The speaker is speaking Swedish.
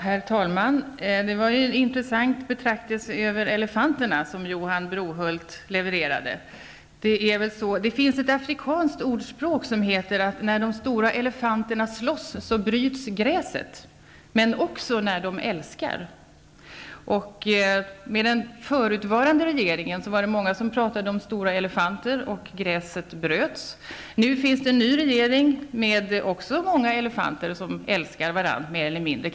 Herr talman! Johan Brohult levererade en intressant betraktelse över elefanterna. Det finns ett afrikanskt ordspråk som säger att när de stora elefanterna slåss, så bryts gräset, men också när de älskar. Under den förutvarande regeringen talade många om stora elefanter och att gräset bröts. Nu finns det en ny regering, också med många elefanter som kanske mer eller mindre älskar varandra.